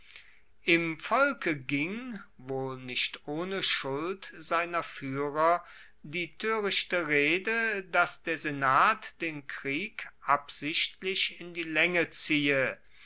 im volke ging wohl nicht ohne schuld seiner fuehrer die toerichte rede dass der senat den krieg absichtlich in die laenge ziehe